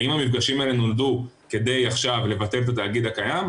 האם המפגשים האלה נולדו כדי עכשיו לבטל את התאגיד הקיים?